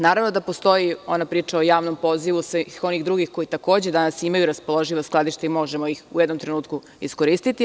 Naravno da postoji ona priča o javnom pozivu svih onih drugih koji takođe danas imaju raspoloživa skladišta i možemo ih u jednom trenutku iskoristiti.